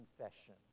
confession